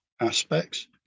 aspects